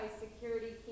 security